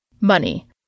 Money